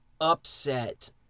upset